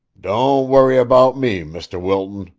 don't worry about me, mr. wilton,